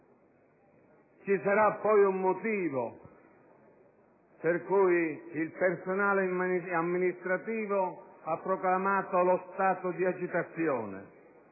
Ci sarà poi un motivo per cui il personale amministrativo ha proclamato lo stato di agitazione;